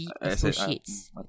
Associates